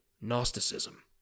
Gnosticism